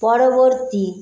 পরবর্তী